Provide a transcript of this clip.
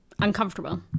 Uncomfortable